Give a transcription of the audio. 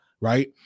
right